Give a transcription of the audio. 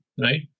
right